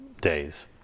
days